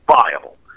viable